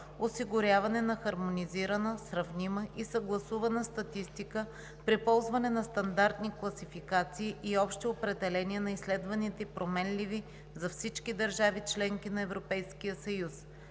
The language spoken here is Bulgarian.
осигуряване на хармонизирана, сравнима и съгласувана статистика при ползване на стандартни класификации и общи определения на изследваните променливи за всички държави – членки на Европейския съюз;